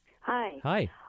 Hi